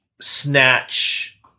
snatch